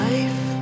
Life